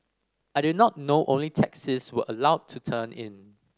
I did not know only taxis were allowed to turn in